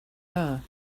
her